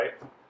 right